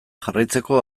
jarraitzeko